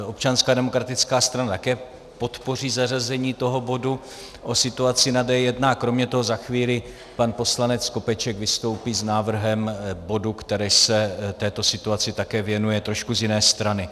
Občanská demokratická strana také podpoří zařazení tohoto bodu o situaci na D1 a kromě toho za chvíli pan poslanec Skopeček vystoupí s návrhem bodu, který se této situaci také věnuje trošku z jiné strany.